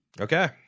Okay